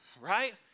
right